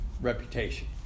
reputation